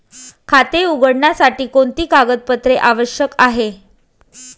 खाते उघडण्यासाठी कोणती कागदपत्रे आवश्यक आहे?